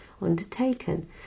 undertaken